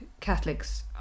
Catholics